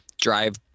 drive